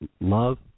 love